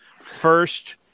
first